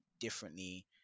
differently